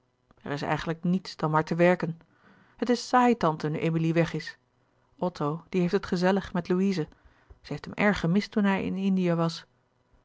er is eigenlijk niets dan maar te werken het is saai tante nu emilie weg is otto die heeft het gezellig met louise zij heeft hem erg gemist toen hij in indië was